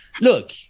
look